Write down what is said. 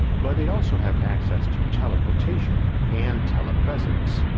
but they'd also have access to teleportation and telepresence.